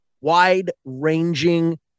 wide-ranging